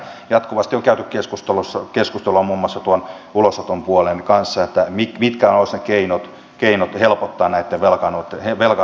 jatkuvasti on käyty keskusteluja muun muassa ulosottopuolen kanssa mitkä olisivat ne keinot helpottaa näiden velkaantuneitten asiaa